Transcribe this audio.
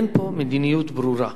אין פה מדיניות ברורה,